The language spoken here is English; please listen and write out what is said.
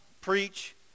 preach